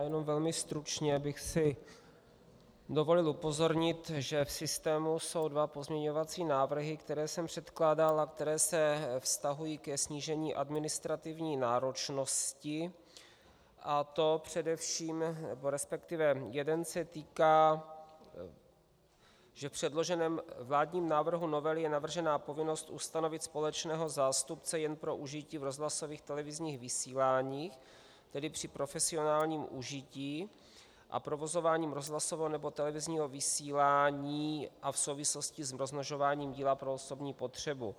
Jenom velmi stručně bych si dovolil upozornit, že v systému jsou dva pozměňovací návrhy, které jsem předkládal a které se vztahují ke snížení administrativní náročnosti, a to především, nebo resp. jeden se týká, že v předloženém vládním návrhu novely je navržena povinnost ustanovit společného zástupce jen pro užití v rozhlasových, televizních vysíláních, tedy při profesionálním užití, a provozováním rozhlasového nebo televizního vysílání a v souvislosti s rozmnožováním díla pro osobní potřebu.